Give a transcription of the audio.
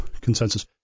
consensus